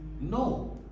No